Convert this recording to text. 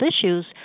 issues